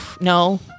No